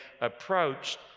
approached